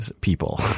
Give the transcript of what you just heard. people